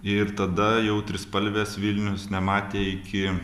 ir tada jau trispalvės vilnius nematė iki